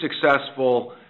successful